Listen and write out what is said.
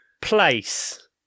place